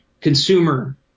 Consumer